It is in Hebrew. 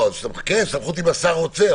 סמכות אם השר רוצה.